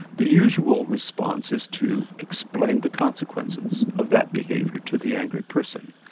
the usual response is to explain the consequences of that behaviour to the angry person,